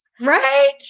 Right